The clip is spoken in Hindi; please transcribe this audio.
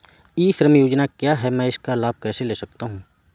ई श्रम योजना क्या है मैं इसका लाभ कैसे ले सकता हूँ?